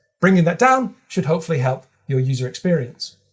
bringing that down should hopefully help your user experience.